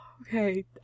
Okay